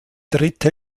dritte